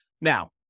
Now